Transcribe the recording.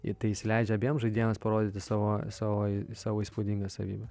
tai jis leidžia abiem žaidėjams parodyti savo savo savo įspūdingą savybę